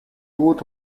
wood